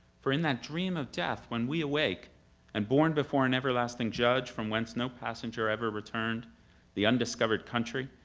for in that dream of death, when we awake and, bourne before an everlasting judge from whence no passenger ever returned the undiscovered country,